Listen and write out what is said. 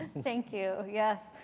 thank you. yes.